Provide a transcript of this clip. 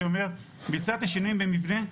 שאומר שאם בוצע שינוי במבנה,